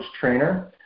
trainer